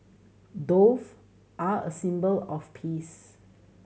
doves are a symbol of peace